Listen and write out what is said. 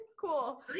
cool